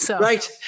Right